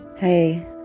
Hey